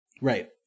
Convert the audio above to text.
Right